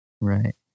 Right